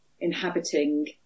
inhabiting